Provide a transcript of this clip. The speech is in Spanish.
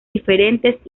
diferentes